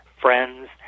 friends